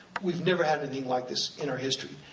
we've never had anything like this in our history.